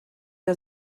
der